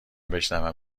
بشنوم